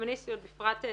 וכפמיניסטיות בפרט,